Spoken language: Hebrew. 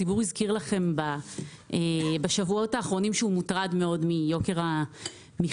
הציבור הזכיר לכם בשבועות האחרונים שהוא מוטרד מאוד מיוקר המחיה,